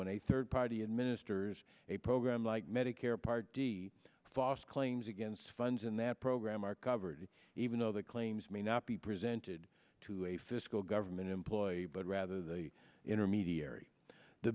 when a third party administers a program like medicare part d foss claims against funds in that program are covered even though the claims may not be presented to a fiscal government employee but rather the intermediary the